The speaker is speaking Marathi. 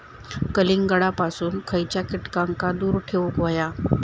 कलिंगडापासून खयच्या कीटकांका दूर ठेवूक व्हया?